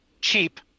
cheap